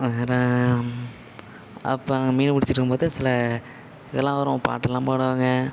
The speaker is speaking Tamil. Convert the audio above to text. வேற அப்போ மீன் பிடிச்சிட்ருக்கும்போது சில இதலாம் வரும் பாட்டெலாம் பாடுவாங்க